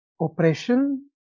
oppression